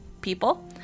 people